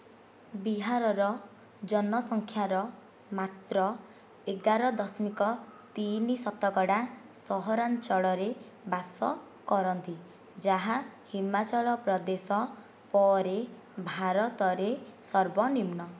ବିହାରର ଜନସଂଖ୍ୟାର ମାତ୍ର ଏଗାର ଦଶମିକ ତିନି ଶତକଡ଼ା ସହରାଞ୍ଚଳରେ ବାସ କରନ୍ତି ଯାହା ହିମାଚଳ ପ୍ରଦେଶ ପରେ ଭାରତରେ ସର୍ବନିମ୍ନ